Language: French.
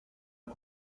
aux